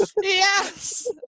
Yes